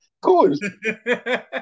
Good